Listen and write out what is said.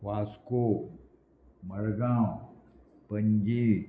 वास्को मडगांव पंजी